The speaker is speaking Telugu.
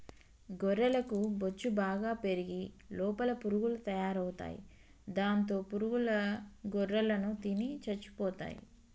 గొర్రెలకు బొచ్చు బాగా పెరిగి లోపల పురుగులు తయారవుతాయి దాంతో పురుగుల గొర్రెలను తిని చచ్చిపోతాయి